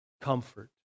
comfort